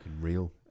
real